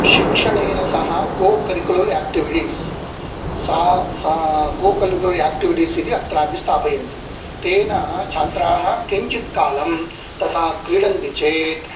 शिक्षणेन सह cocurricular activities सा सा कोकरिक्युलर् एक्टिविटीस् इति अत्रापि स्थाप्यन्ति तेन छात्राः क्रिञ्चित् कालं तता क्रीडन्ति चेत्